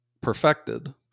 perfected